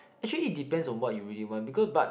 actually depend on what you really want because but